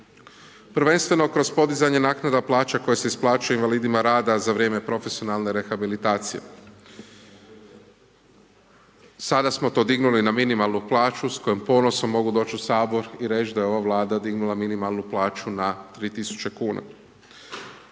prvenstveno kroz podizanje naknada plaća koje se isplaćuju invalidima rada za vrijeme profesionalne rehabilitacije. Sada smo to dignuli na minimalnu plaću s kojom ponosno mogu doći u sabor i reć da je ova Vlada dignula minimalnu plaću na 3.000 kuna.